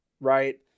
right